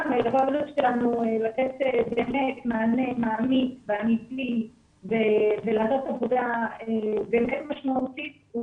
--- לתת באמת מענה מעמיק ואמיתי ולעשות עבודה באמת משמעותית,